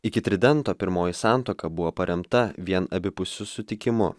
iki tridento pirmoji santuoka buvo paremta vien abipusiu sutikimu